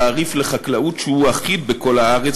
תעריף לחקלאות שהוא אחיד בכל הארץ